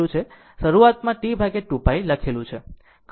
શરૂઆતમાં T2 π લખેલી છે